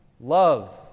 love